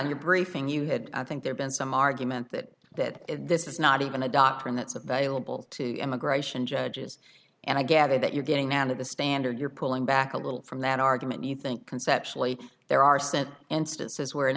you're briefing you had i think there been some argument that that this is not even a doctrine that's available to immigration judges and i gather that you're getting out of the standard you're pulling back a little from that argument you think conceptually there are certain instances where